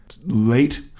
late